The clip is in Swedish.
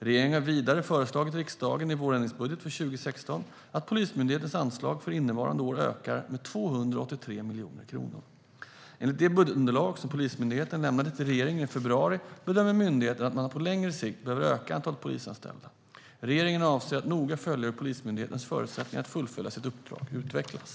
Regeringen har vidare föreslagit riksdagen i vårändringsbudgeten för 2016 att Polismyndighetens anslag för innevarande år ska öka med 283 miljoner kronor. Enligt det budgetunderlag som Polismyndigheten lämnade till regeringen i februari bedömer myndigheten att man på längre sikt behöver öka antalet polisanställda. Regeringen avser att noga följa hur Polismyndighetens förutsättningar att fullfölja sitt uppdrag utvecklas.